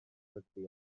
rygbi